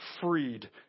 freed